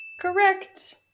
Correct